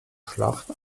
schlacht